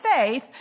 faith